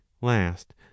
last